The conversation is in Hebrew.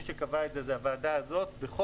מי שקבע את זה זאת הוועדה הזאת בחוק,